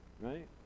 right